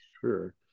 sure